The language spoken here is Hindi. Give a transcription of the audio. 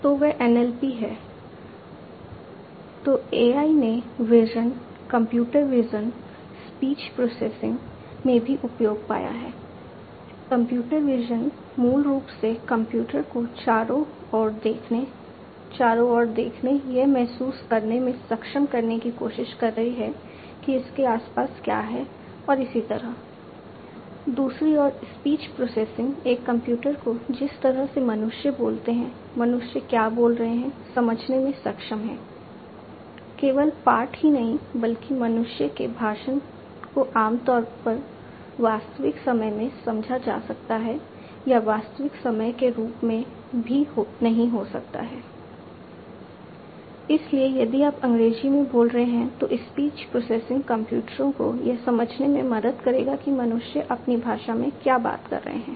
तो वह NLP है तो AI ने विजन कंप्यूटरों को यह समझने में मदद करेगा कि मनुष्य अपनी भाषा में क्या बात कर रहे हैं